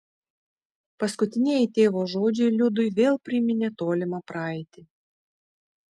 paskutinieji tėvo žodžiai liudui vėl priminė tolimą praeitį